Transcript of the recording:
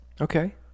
Okay